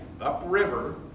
upriver